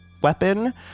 weapon